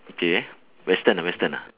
okay western ah western ah